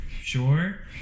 sure